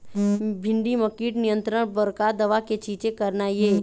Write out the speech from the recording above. भिंडी म कीट नियंत्रण बर का दवा के छींचे करना ये?